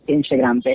Instagram